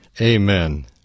Amen